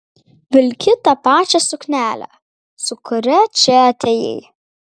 vilki tą pačią suknelę su kuria čia atėjai